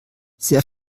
sehr